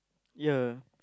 ya